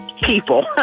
people